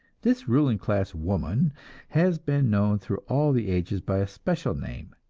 this ruling class woman has been known through all the ages by a special name,